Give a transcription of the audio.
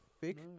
big